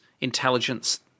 intelligence